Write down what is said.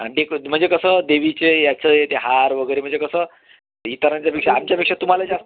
आणि डेक म्हणजे कसं देवीचे याचं आहे ते हार वगैरे म्हणजे कसं इतरांच्यापेक्षा आमच्यापेक्षा तुम्हाला जास्त